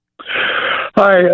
hi